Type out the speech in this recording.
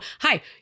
hi